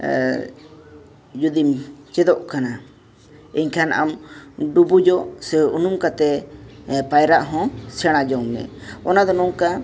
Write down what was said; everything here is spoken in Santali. ᱡᱩᱫᱤᱢ ᱪᱮᱫᱚᱜ ᱠᱟᱱᱟ ᱮᱱᱠᱷᱟᱱ ᱟᱢ ᱰᱩᱵᱩᱡᱚᱜ ᱥᱮ ᱩᱱᱩᱢ ᱠᱟᱛᱮ ᱯᱟᱭᱨᱟᱜ ᱦᱚᱸ ᱥᱮᱲᱟ ᱡᱚᱝᱢᱮ ᱚᱱᱟ ᱫᱚ ᱱᱚᱝᱠᱟ